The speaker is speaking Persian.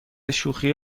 شوخی